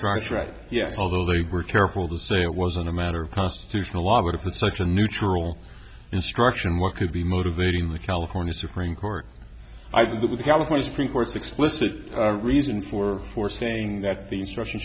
tries right yes although they were careful to say it wasn't a matter of constitutional law but if it's such a neutral instruction what could be motivating the california supreme court i think the california supreme court's explicit reason for for saying that the instruction